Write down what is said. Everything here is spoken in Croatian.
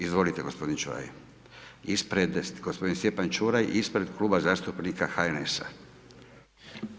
Izvolite gospodin Ćuraj, ispred gospodin Stjepan Ćuraj ispred Kluba zastupnika HNS-a.